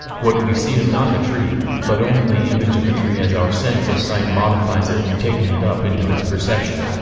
what we see is not a tree, but only the image of a tree as our sense of sight modifies it in taking it up into its perception.